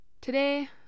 Today